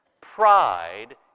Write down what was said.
Pride